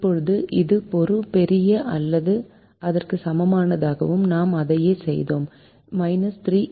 இப்போது இது ஒரு பெரிய அல்லது அதற்கு சமமானதாகும் நாம் அதையே செய்தோம் 3X1 7X4